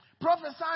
Prophesy